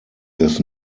dass